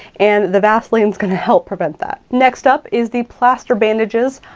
and the vaselines' gonna help prevent that. next up is the plaster bandages.